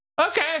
okay